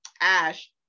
Ash